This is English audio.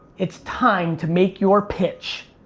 it's time to make your pitch.